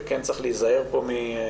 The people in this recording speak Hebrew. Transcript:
וכן צריך להיזהר פה מזה.